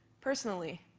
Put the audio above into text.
personally,